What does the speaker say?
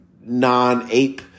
non-ape